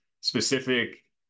specific